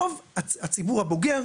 רוב הציבור הבוגר,